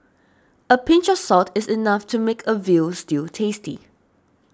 a pinch of salt is enough to make a Veal Stew tasty